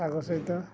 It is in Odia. ଶାଗ ସହିତ